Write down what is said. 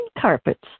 carpets